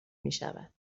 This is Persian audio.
میشود